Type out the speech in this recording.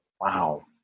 Wow